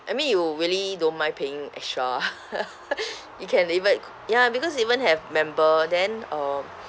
I mean you really don't mind paying extra you can even ya because even have member then um